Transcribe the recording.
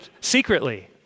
secretly